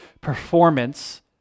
performance